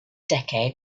decade